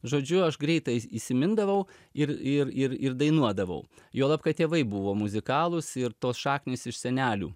žodžiu aš greitai įsimindavau ir ir ir ir dainuodavau juolab kad tėvai buvo muzikalūs ir tos šaknys iš senelių